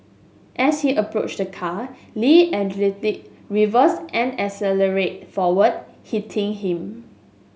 as he approached the car Lee allegedly reversed and accelerated forward hitting him